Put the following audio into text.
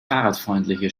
fahrradfreundliche